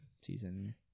season